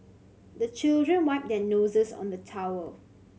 the children wipe their noses on the towel